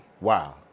Wow